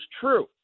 true